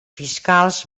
fiscals